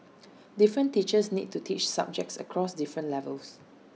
different teachers need to teach subjects across different levels